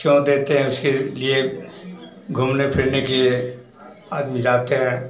क्यों देते हैं उसके लिए घूमने फिरने के लिए आदमी जाते हैं